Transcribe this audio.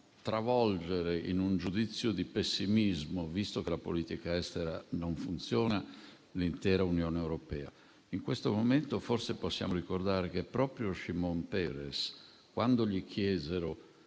travolgere in un giudizio di pessimismo, visto che la politica estera non funziona, l'intera Unione europea. In questo momento forse possiamo ricordare che proprio Shimon Peres, quando gli chiesero